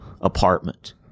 apartment